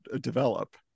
develop